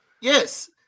yes